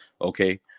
okay